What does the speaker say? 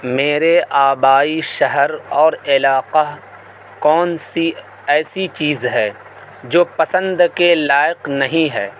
میرے آبائی شہر اور علاقہ کون سی ایسی چیز ہے جو پسند کے لائق نہیں ہے